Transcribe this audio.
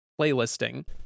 playlisting